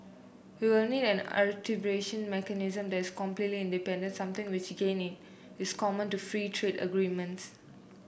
we will need an mechanism that is completely independence something which gaining is common to free trade agreements